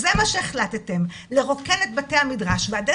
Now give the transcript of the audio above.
זה מה שהחלטתם לרוקן את בתי המדרש,